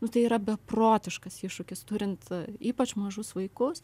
nu tai yra beprotiškas iššūkis turint ypač mažus vaikus